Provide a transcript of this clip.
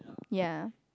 ya